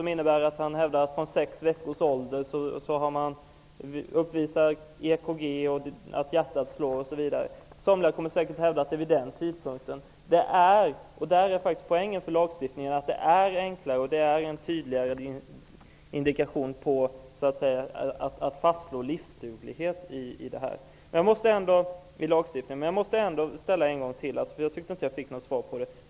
De innebär att han hävdar att fostret vid sex veckors ålder uppvisar EKG, hjärtat slår osv. Somliga kommer säkert att hävda att det är vid den tidpunkten livet börjar. Det är enklare och en tydligare indikation när det gäller att fastslå livsduglighet. Det är poängen med lagstiftningen. Jag tycker inte att jag fick något svar på min fråga.